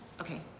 okay